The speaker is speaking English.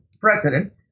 president